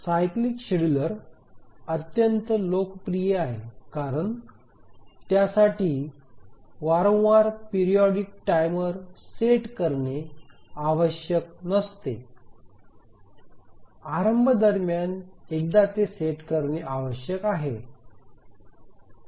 cyclic scheduler अत्यंत लोकप्रिय आहे कारण त्यासाठी वारंवार पिरिऑडिक टाइमर सेट करणे आवश्यक नसते आरंभ दरम्यान एकदा ते सेट करणे आवश्यक आहे